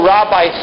Rabbi